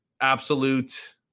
absolute